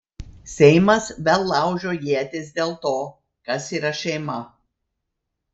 seimas vėl laužo ietis dėl to kas yra šeima